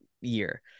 year